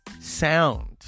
sound